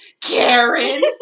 Karen